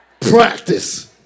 Practice